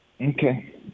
Okay